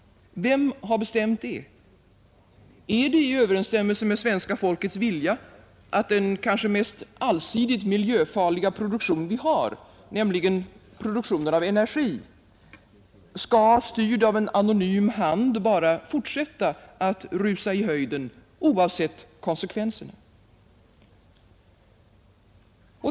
Vem har bestämt det? Är det i överensstämmelse med svenska folkets vilja att den kanske mest allsidigt miljöfarliga produktion vi har, nämligen produktionen av energi, skall, styrd av en anonym hand, bara fortsätta att rusa i höjden oavsett konsekvenserna?